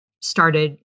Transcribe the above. started